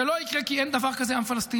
זה לא יקרה, כי אין דבר כזה עם פלסטיני.